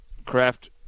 Craft